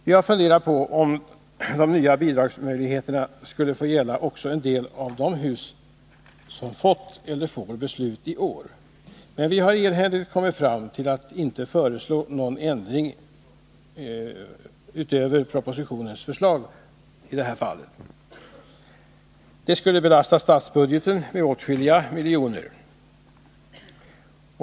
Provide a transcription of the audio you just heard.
Vi har funderat på om de nya bidragsmöjligheterna skulle få gälla också en del av de hus om vilka beslut har fattats eller kommer att fattas i år, men vi har enhälligt kommit fram till att inte föreslå någon ändring utöver propositionens förslag i det här fallet. Det skulle belasta statsbudgeten med åtskilliga miljoner.